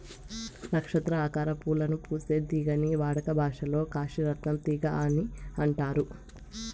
నక్షత్ర ఆకారం పూలను పూసే తీగని వాడుక భాషలో కాశీ రత్నం తీగ అని అంటారు